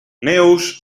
neus